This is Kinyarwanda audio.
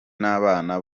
n’abana